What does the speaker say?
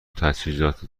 تجهیزات